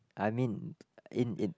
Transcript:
I mean in in